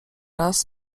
raz